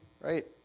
right